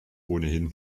ohnehin